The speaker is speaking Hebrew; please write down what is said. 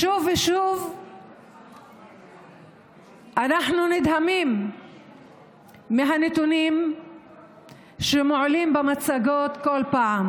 שוב ושוב אנחנו נדהמים מהנתונים שמועלים במצגות בכל פעם.